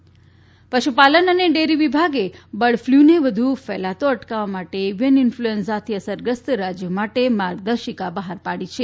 bird flu સ્થિતિ પશુપાલન અને ડેરી વિભાગે બર્ડ ફલુને વધુ ફેલાતો અટકાવવા માટે એવિયન ઇન્ફલુએન્ઝાથી અસરગ્રસ્ત રાજયો માટે માર્ગદર્શિકા બહાર પાડી છે